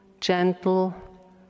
gentle